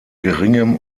geringem